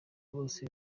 bose